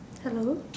hello